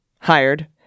hired